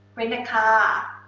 rent a car.